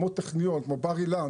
כמו אונ' בר אילן,